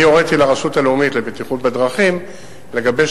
אני הוריתי לרשות הלאומית לבטיחות בדרכים לגבש